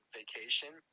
vacation